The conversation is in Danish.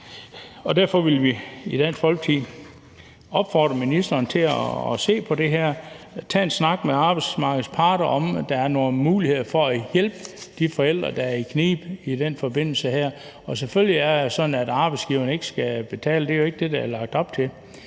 Derfor vil vi i Dansk Folkeparti opfordre ministeren til at se på det her, tage en snak med arbejdsmarkedets parter om, om der er nogle muligheder for at hjælpe de forældre, der er i knibe i den forbindelse. Selvfølgelig er det sådan, at arbejdsgiverne ikke skal betale. Det er jo ikke det, der er lagt op til.